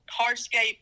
hardscape